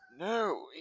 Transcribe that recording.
No